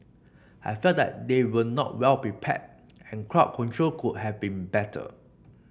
I felt that they were not well prepared and crowd control could have been better